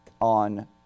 on